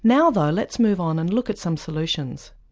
now though, let's move on and look at some solutions.